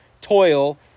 toil